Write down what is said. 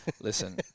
Listen